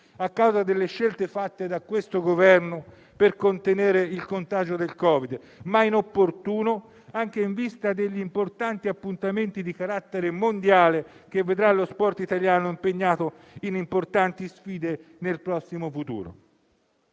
a causa delle scelte fatte da questo Governo per contenere il contagio da Covid, ma è inopportuno anche in vista degli importanti appuntamenti di carattere mondiale che vedrà lo sport italiano impegnato in importanti sfide nel prossimo futuro.